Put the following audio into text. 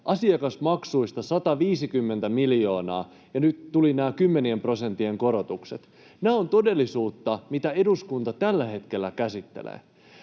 asiakasmaksuista 150 miljoonaa, ja nyt tulivat nämä kymmenien prosenttien korotukset. Nämä ovat todellisuutta, mitä eduskunta tällä hetkellä käsittelee.